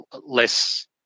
less